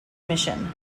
mission